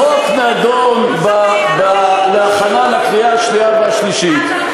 כשחוק נדון בהכנה לקריאה השנייה והשלישית,